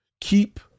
Keep